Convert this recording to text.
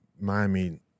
Miami